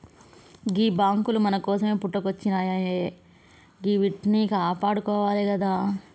గీ బాంకులు మన కోసమే పుట్టుకొచ్జినయాయె గివ్విట్నీ కాపాడుకోవాలె గదా